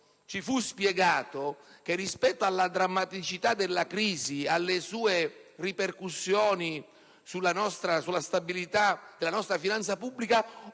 ci fu spiegato che rispetto alla drammaticità della crisi e alle sue ripercussioni sulla stabilità della nostra finanza pubblica